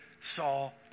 Saul